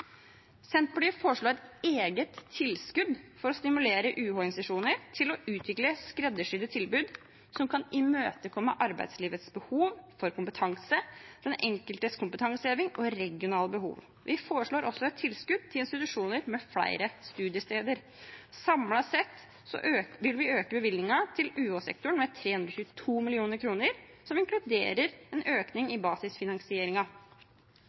Senterpartiet foreslår et eget tilskudd for å stimulere UH-institusjonene til å utvikle skreddersydde tilbud som kan imøtekomme arbeidslivets behov for kompetanse, den enkeltes kompetanseheving og regionale behov. Vi foreslår også et tilskudd til institusjoner med flere studiesteder. Samlet sett vil vi øke bevilgningen til UH-sektoren med 322 mill. kr. Dette inkluderer en økning